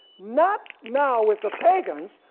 not now with the pagans,